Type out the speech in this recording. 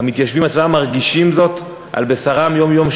המתיישבים עצמם מרגישים זאת על בשרם יום-יום,